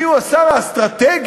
מיהו השר האסטרטגי,